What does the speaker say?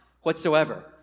whatsoever